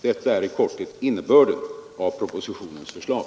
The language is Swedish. Detta är i korthet innebörden i propositionens förslag.